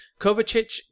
Kovacic